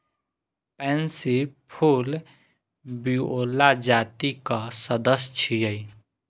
pansy फूल viola जातिक सदस्य छियै